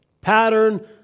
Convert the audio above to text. pattern